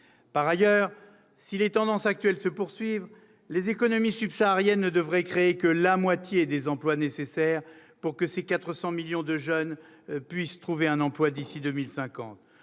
Par ailleurs, si les tendances actuelles se poursuivent, les économies subsahariennes ne devraient créer que la moitié des emplois nécessaires pour permettre à ces 400 millions de jeunes de trouver un emploi d'ici à 2050.